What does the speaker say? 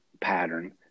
pattern